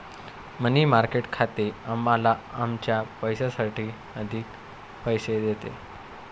मनी market खाते आम्हाला आमच्या पैशासाठी अधिक पैसे देते